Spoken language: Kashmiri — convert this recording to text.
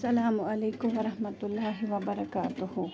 اَلسلامُ علیکُم وَ رحمتہ اللہِ وَ بَرَکاتہوٗ